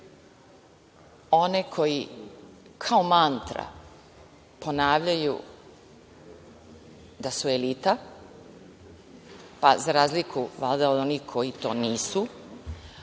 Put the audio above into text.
one koji kao mantra ponavljaju da su elita, pa za razliku valjda od onih koji to nisu,